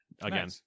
Again